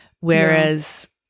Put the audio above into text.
whereas